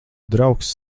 draugs